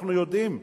אנחנו יודעים,